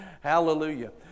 hallelujah